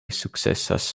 sukcesas